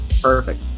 Perfect